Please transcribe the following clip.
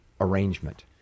arrangement